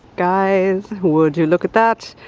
guys, would you look at that?